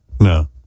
No